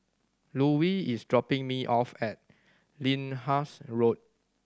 Lulie is dropping me off at Lyndhurst Road